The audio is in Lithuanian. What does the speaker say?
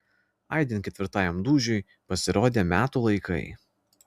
aidint ketvirtajam dūžiui pasirodė metų laikai